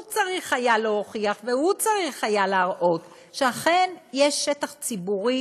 הוא היה צריך להוכיח והוא היה צריך להראות שאכן יש שטח ציבורי